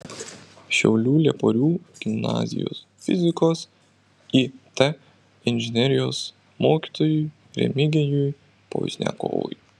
šiaulių lieporių gimnazijos fizikos it inžinerijos mokytojui remigijui pozniakovui